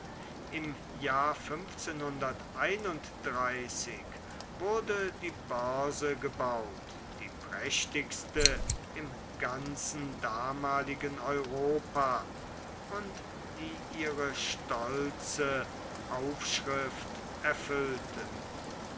im jahr wurde die börse gebaut die prächtigste im ganzen damaligen europa und die ihre stolze aufschrift erfüllte